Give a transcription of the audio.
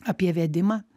apie vedimą